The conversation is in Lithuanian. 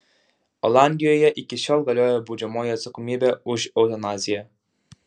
olandijoje iki šiol galioja baudžiamoji atsakomybė už eutanaziją